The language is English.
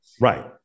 Right